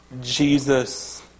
Jesus